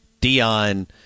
Dion